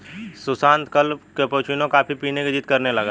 सुशांत कल cappuccino coffee पीने की जिद्द करने लगा